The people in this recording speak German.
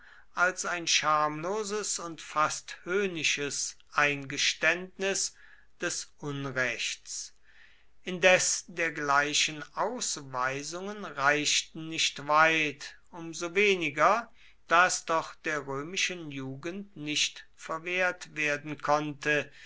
als ein schamloses und fast höhnisches eingeständnis des unrechts indes dergleichen ausweisungen reichten nicht weit um so weniger da es doch der römischen jugend nicht verwehrt werden konnte